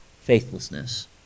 faithlessness